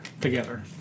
together